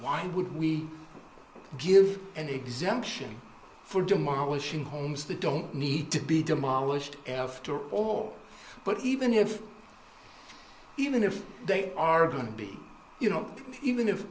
why would we give an exemption for demolishing homes that don't need to be demolished after all but even if even if they are going to be you know even if